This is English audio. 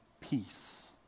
peace